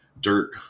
dirt